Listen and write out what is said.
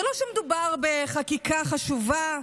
זה לא שמדובר בחקיקה חשובה,